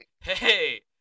Hey